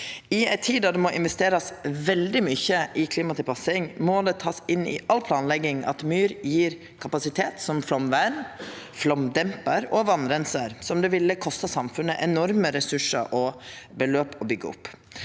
I ei tid der det må investerast veldig mykje i klimatilpassing, må det takast inn i all planlegging at myr gjev kapasitet som flaumvern, flaumdempar og vassreinsing, som det ville kosta samfunnet enorme ressursar og beløp å byggja opp.